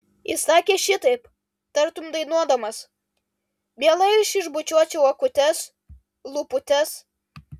jis sakė šitaip tartum dainuodamas mielai aš išbučiuočiau akutes lūputes